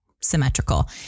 symmetrical